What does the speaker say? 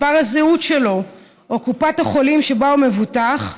מספר הזהות שלו או קופת החולים שבה הוא מבוטח,